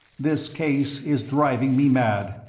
this case is driving me mad.